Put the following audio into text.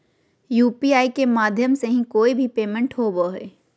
UPI के माध्यम से ही कोय भी पेमेंट होबय हय